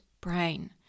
brain